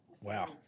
Wow